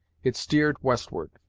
it steered westward,